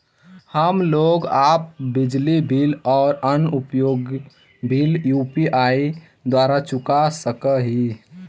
हम लोग अपन बिजली बिल और अन्य उपयोगि बिल यू.पी.आई द्वारा चुका सक ही